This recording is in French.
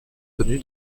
tenu